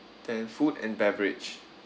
then food and beverage